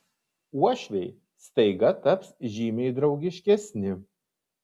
uošviai staiga taps žymiai draugiškesni